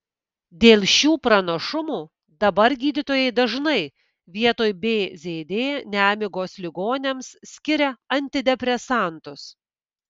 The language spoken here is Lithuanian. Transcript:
dėl šių pranašumų dabar gydytojai dažnai vietoj bzd nemigos ligoniams skiria antidepresantus